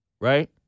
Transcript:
right